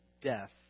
death